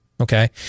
Okay